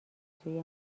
سوی